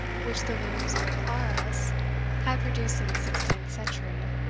which the looms of arras had produced in the sixteenth century,